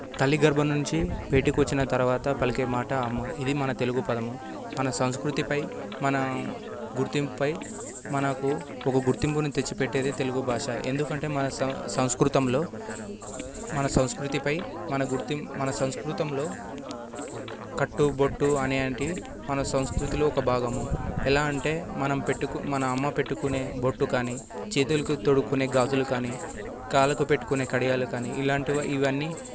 తల్లి గర్భం నుంచి బయటకు వచ్చిన తర్వాత పలికే మాట అమ్మ ఇది మన తెలుగు పదము మన సంస్కృతిపై మన గుర్తింపు పై మనకు ఒక గుర్తింపుని తెచ్చి పెట్టేది ఒక తెలుగు భాష ఎందుకంటే మన సం సంస్కృతంలో మన సంస్కృతిపై మన గుర్తు మన సంస్కృతంలో కట్టుబొట్టు అని అనేటివి మన సంస్కృతిలో ఒక భాగము ఎలా అంటే మనం పెట్టుకు మన అమ్మ పెట్టుకునే బొట్టు కానీ చేతులకు తొడుక్కునే గాజులు కానీ కాళ్ళకు పెట్టుకునే కడియాలు కానీ ఇలాంటివి ఇవన్నీ